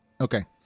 Okay